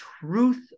truth